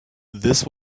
this